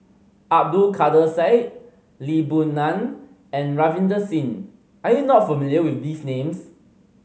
Abdul Kadir Syed Lee Boon Ngan and Ravinder Singh are you not familiar with these names